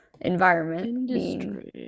environment